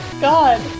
God